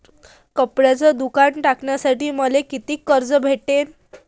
कपड्याचं दुकान टाकासाठी मले कितीक कर्ज भेटन?